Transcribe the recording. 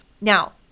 Now